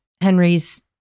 Henry's